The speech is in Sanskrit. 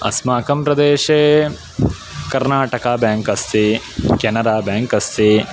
अस्माकं प्रदेशे कर्णाटकबेङ्क् अस्ति केनराबेङ्क् अस्ति